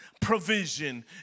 provision